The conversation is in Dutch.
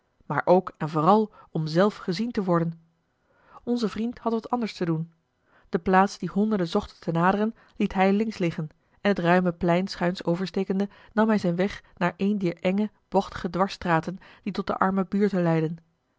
maar ook en vooral om zelf gezien te worden onze vriend had wat anders te doen de plaats die honderden zochten te naderen liet hij links liggen en het ruime plein schuins overstekende nam hij zijn weg naar eene dier enge bochtige dwarsstraten die tot de arme buurten leidden